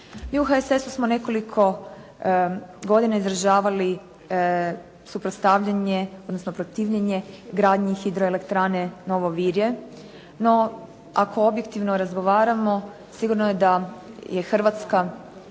u HSS-u smo nekoliko godina izražavali suprotstavljanje, odnosno protivljenje gradnji hidroelektrane Novo Virje. No ako objektivno razgovaramo sigurno je da je Hrvatska